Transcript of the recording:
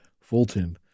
Fulton